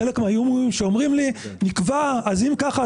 חלק אומרים לי: אם כך,